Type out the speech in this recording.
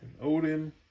Odin